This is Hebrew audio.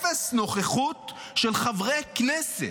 הייתה אפס נוכחות של חברי כנסת.